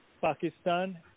Pakistan